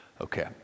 Okay